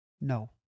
No